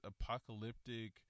apocalyptic